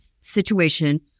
situation